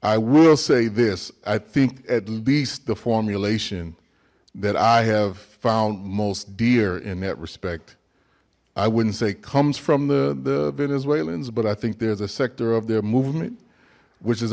i will say this i think at least the formulation that i have found most dear in that respect i wouldn't say comes from the the venezuelans but i think there's a sector of their movement which is